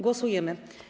Głosujemy.